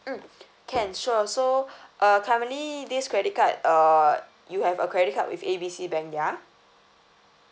mm can sure so uh currently this credit card uh you have a credit card with A B C bank ya